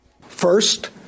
First